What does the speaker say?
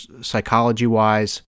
psychology-wise